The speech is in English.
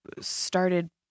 started